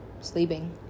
sleeping